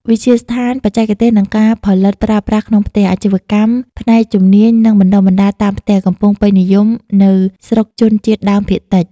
វិទ្យាស្ថានបច្ចេកទេសនិងការផលិតប្រើប្រាស់ក្នុងផ្ទះ អាជីវកម្មផ្នែកជំនាញ និងបណ្ដុះបណ្ដាលតាមផ្ទះកំពុងពេញនិយមនៅស្រុកជនជាតិដើមភាគច្រើន។